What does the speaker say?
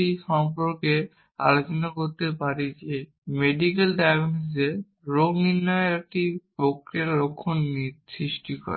এই সমস্যাটি নিয়ে আলোচনা করতে পারি যে মেডিক্যাল ডায়াগনসিসে রোগ নির্ণয়ের এই প্রক্রিয়াটি লক্ষণ সৃষ্টি করে